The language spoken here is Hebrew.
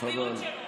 לצביעות שלו,